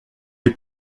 est